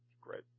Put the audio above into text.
Great